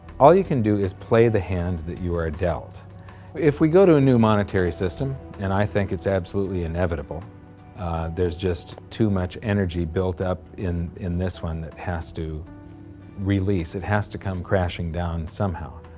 all you can do is play the hand that you are ah dealt if we go to a new monetary system, and i think it's absolutely inevitable there's just too much energy built up in in this one that has to release it has to come crashing down somehow